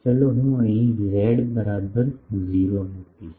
ચાલો હું અહીં z બરાબર 0 મૂકીશ